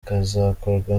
bikazakorwa